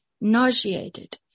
Nauseated